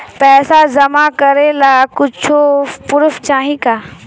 पैसा जमा करे ला कुछु पूर्फ चाहि का?